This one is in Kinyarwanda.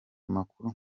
makuru